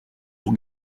pour